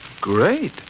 Great